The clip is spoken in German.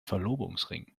verlobungsring